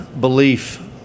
belief